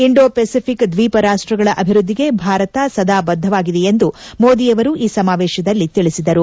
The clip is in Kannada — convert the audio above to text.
ಇಂಡೋ ಪೆಸಿಫಿಕ್ ದ್ವೀಪ ರಾಷ್ಟಗಳ ಅಭಿವೃದ್ದಿಗೆ ಭಾರತ ಸದಾ ಬದ್ದವಾಗಿದೆ ಎಂದು ಮೋದಿ ಅವರು ಈ ಸಮಾವೇಶದಲ್ಲಿ ತಿಳಿಸಿದರು